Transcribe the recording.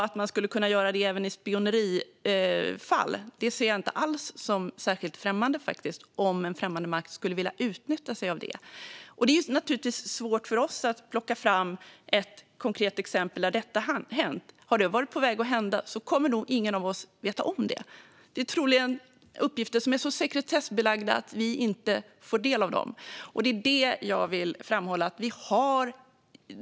Att man skulle kunna göra det även i spionerifall, om främmande makt skulle vilja använda sig av det, ser jag inte alls som särskilt främmande. Det är naturligtvis svårt för oss att plocka fram ett konkret exempel där detta hänt. Har det varit på väg att hända kommer nog ingen av oss att veta om det. Det är troligen uppgifter som är så sekretessbelagda att vi inte får del av dem, och det är det jag vill framhålla.